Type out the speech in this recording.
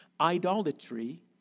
idolatry